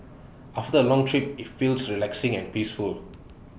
after A long trip IT feels relaxing and peaceful